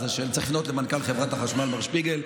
צריך לפנות למנכ"ל חברת החשמל מר שפיגלר,